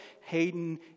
Hayden